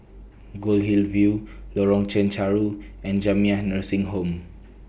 Goldhill View Lorong Chencharu and Jamiyah Nursing Home